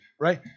right